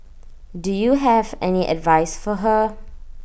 do you have any advice for her